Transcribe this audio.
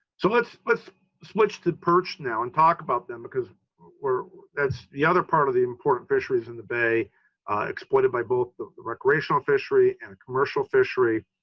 so let's let's switch to perch now and talk about them because that's the other part of the important fisheries in the bay exploited by both the recreational fishery and commercial fishery.